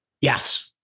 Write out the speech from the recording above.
Yes